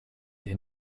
der